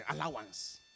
allowance